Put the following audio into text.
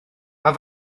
mae